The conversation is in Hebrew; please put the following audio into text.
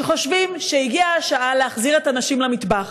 שחושבים שהגיעה השעה להחזיר את הנשים למטבח.